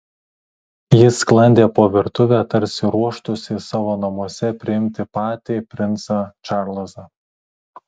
ji sklandė po virtuvę tarsi ruoštųsi savo namuose priimti patį princą čarlzą